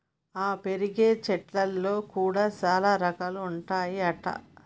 ఆ పెరిగే చెట్లల్లో కూడా చాల రకాలు ఉంటాయి అంట